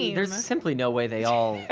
yeah there's simply no way, they all. yeah